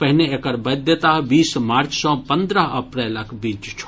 पहिने एकर वैधता बीस मार्च सॅ पंद्रह अप्रैलक बीच छल